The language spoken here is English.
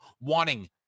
wanting